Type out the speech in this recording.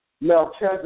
Melchizedek